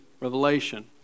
Revelation